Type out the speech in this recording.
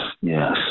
yes